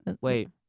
Wait